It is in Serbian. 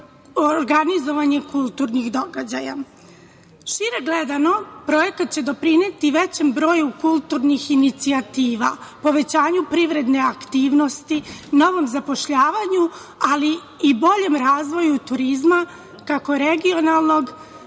organizovanje kulturnih događaja. Šire gledano, projekat će doprineti većem broju kulturnih inicijativa, povećanju privredne aktivnosti, novom zapošljavanju i boljem razvoju turizma, kako regionalnog